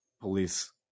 police